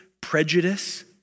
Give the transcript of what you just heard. prejudice